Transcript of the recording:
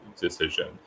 decision